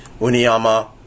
Uniyama